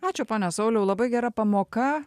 ačiū pone sauliau labai gera pamoka